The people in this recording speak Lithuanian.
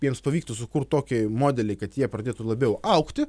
jiems pavyktų sukurt tokį modelį kad jie pradėtų labiau augti